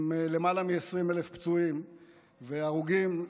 עם למעלה מ-20,000 פצועים והרוגים,